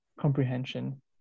comprehension